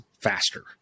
faster